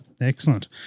excellent